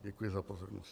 Děkuji za pozornost.